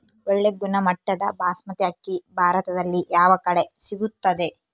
ಒಳ್ಳೆ ಗುಣಮಟ್ಟದ ಬಾಸ್ಮತಿ ಅಕ್ಕಿ ಭಾರತದಲ್ಲಿ ಯಾವ ಕಡೆ ಸಿಗುತ್ತದೆ?